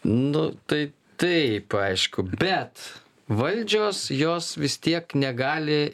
nu tai taip aišku bet valdžios jos vis tiek negali